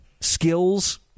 skills